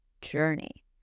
journey